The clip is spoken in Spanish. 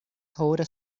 ahora